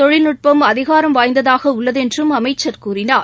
தொழில்நுட்பம் அதிகாரம் வாய்ந்ததாக உள்ளது என்றும் அமைச்சர் கூறினார்